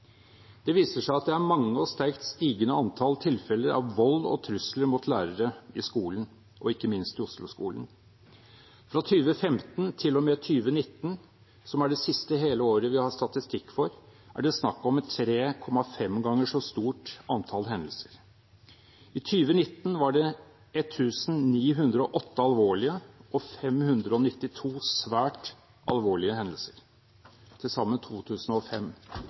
Det viser seg at det er mange og et sterkt stigende antall tilfeller av vold og trusler mot lærere i skolen, og ikke minst i Osloskolen. Fra 2015 til og med 2019, som er det siste hele året vi har statistikk for, er det snakk om 3,5 ganger så stort antall hendelser. I 2019 var det det 1 908 alvorlige og 592 svært alvorlige hendelser, til sammen